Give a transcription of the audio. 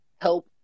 help